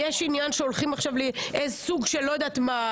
יש עניין שהולכים עכשיו לסוג של לא יודעת מה,